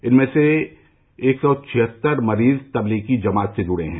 इनमें से एक छिहत्तर मरीज तबलीगी जमात से जुड़े हैं